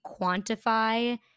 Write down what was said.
quantify